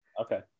Okay